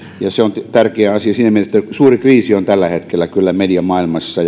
se on tärkeä asia siinä mielessä että suuri kriisi on kyllä tällä hetkellä mediamaailmassa